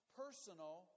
personal